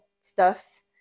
stuffs